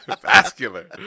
vascular